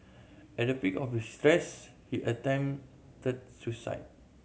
at the peak of his stress he attempted suicide